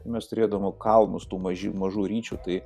mes turėdavome kalnus tų mažių mažų ričių tai